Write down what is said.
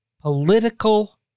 political